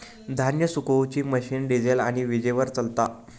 धान्य सुखवुची machine diesel आणि वीजेवर चलता